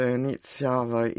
iniziava